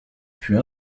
fut